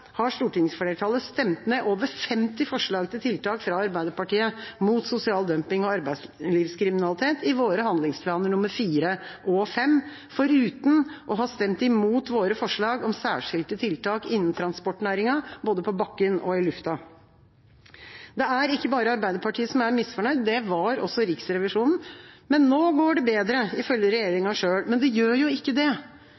har stortingsflertallet stemt ned over 50 forslag til tiltak fra Arbeiderpartiet mot sosial dumping og arbeidslivskriminalitet i våre handlingsplaner nummer 4 og 5, foruten å ha stemt imot våre forslag om særskilte tiltak innen transportnæringen, både på bakken og i lufta. Det er ikke bare Arbeiderpartiet som er misfornøyd. Det var også Riksrevisjonen. Nå går det bedre, ifølge